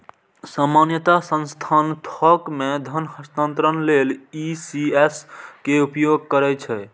सामान्यतः संस्थान थोक मे धन हस्तांतरण लेल ई.सी.एस के उपयोग करै छै